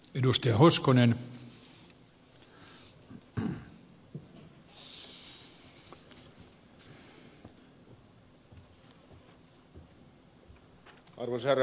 arvoisa herra puhemies